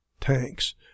tanks